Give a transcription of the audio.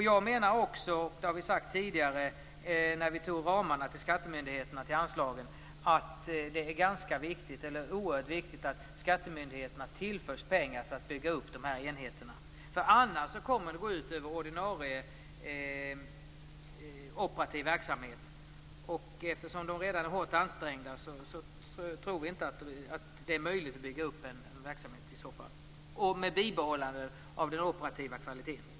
Jag menar också, och det har vi sagt tidigare när vi beslutade om ramarna för anslagen till skattemyndigheterna, att det är oerhört viktigt att skattemyndigheterna tillförs pengar för att bygga upp dessa enheter. Annars kommer det att gå ut över ordinarie operativ verksamhet. Eftersom de redan är hårt ansträngda tror vi inte att det är möjligt att bygga upp en verksamhet i så fall med bibehållande av den operativa kvaliteten.